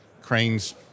Cranes